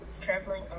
traveling